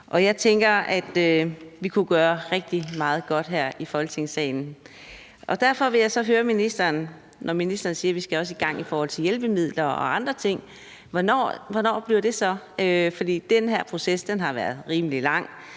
Jeg tænker, at vi kunne gøre rigtig meget godt her i Folketingssalen. Derfor vil jeg så høre ministeren om noget: Ministeren siger, at vi også skal i gang i forhold til hjælpemidler og andre ting – hvornår bliver det så? For den her proces har været rimelig lang,